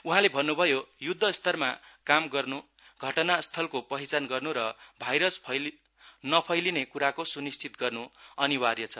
उहाँले भन्न्भयो य्द्धस्तरमा काम गर्न् धटना स्थलको पहिचान गर्न् र भाइरस नफैलिने क्राको स्निश्चित गर्न् अनिवार्य छ